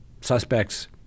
suspects